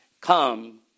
come